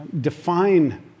define